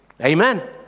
Amen